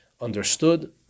understood